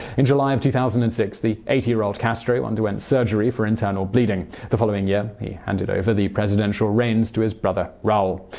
in july two thousand and six, the eighty-year-old castro underwent surgery for internal bleeding. the following year he handed over the presidential reigns to his brother raul.